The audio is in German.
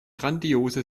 grandiose